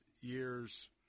year's